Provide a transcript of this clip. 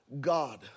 God